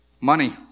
Money